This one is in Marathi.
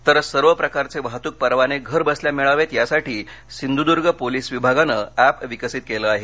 तर सर्वप्रकारचे वाहतूक परवाने घरबसल्या मिळावेत यासाठी सिंधूदूर्ग पोलीस विभागानं अँप विकसित केलं आहे